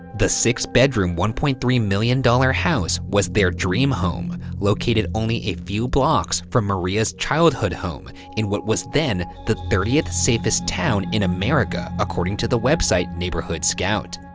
the six-bedroom, one point three million dollars house was their dream home, located only a few blocks from maria's childhood home in what was then the thirtieth safest town in america, according to the website neighborhoodscout.